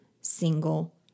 single